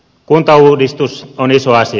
kuntauudistus on iso asia